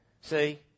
See